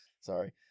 Sorry